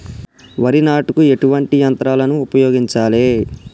వరి నాటుకు ఎటువంటి యంత్రాలను ఉపయోగించాలే?